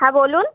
হ্যাঁ বলুন